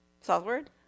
Southward